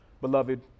Beloved